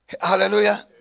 Hallelujah